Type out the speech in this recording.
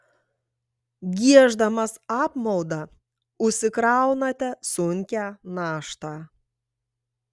gieždamas apmaudą užsikraunate sunkią naštą